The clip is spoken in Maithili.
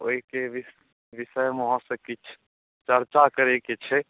ओइके वि विषयमे अहाँसँ किछु चर्चा करयके छै